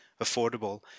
affordable